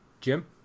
Jim